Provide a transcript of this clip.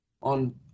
on